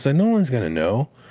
so no one's going to know.